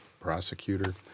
prosecutor